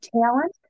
talent